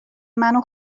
منو